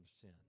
sin